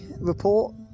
report